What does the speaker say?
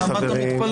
על מה אתה מתפלא?